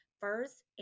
first